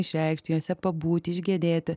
išreikšti juose pabūti išgedėti